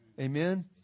Amen